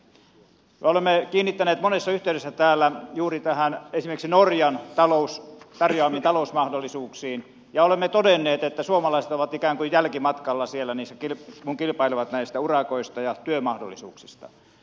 me olemme kiinnittäneet huomiota monessa yhteydessä täällä juuri tähän esimerkiksi norjan tarjoamiin talousmahdollisuuksiin ja olemme todenneet että suomalaiset ovat ikään kuin jälkimatkalla siellä kun kilpailevat urakoista ja työmahdollisuuksista